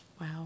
wow